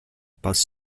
bus